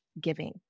giving